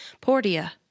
Portia